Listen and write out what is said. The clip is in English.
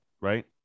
right